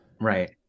Right